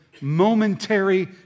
momentary